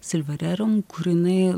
silva rerum kur jinai